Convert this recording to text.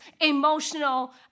emotional